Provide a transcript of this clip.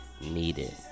needed